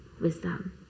wisdom